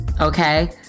Okay